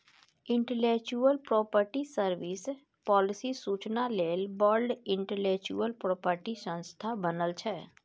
intellectual property service, policy सुचना लेल world intellectual property संस्था बनल छै